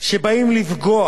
שבאים לפגוע